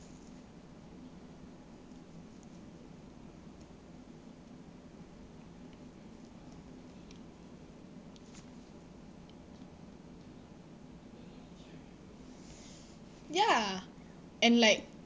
ya and like